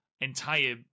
entire